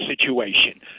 situation